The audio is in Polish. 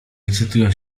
licytują